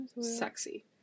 sexy